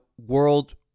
world